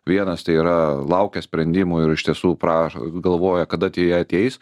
vienas tai yra laukia sprendimų ir iš tiesų prašo galvoja kada tie ateis